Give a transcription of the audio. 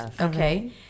Okay